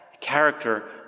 character